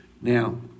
Now